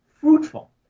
fruitful